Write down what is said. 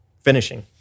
finishing